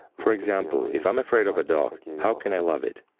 for example, if i'm afraid of a dog, and how can i love it!